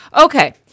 okay